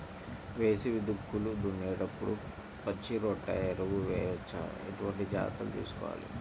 వేసవి దుక్కులు దున్నేప్పుడు పచ్చిరొట్ట ఎరువు వేయవచ్చా? ఎటువంటి జాగ్రత్తలు తీసుకోవాలి?